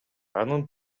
анын